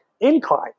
incline